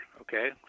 okay